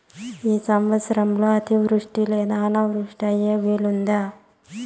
ఈ సంవత్సరంలో అతివృష్టి లేదా అనావృష్టి అయ్యే వీలుందా?